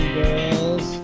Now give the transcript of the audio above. girls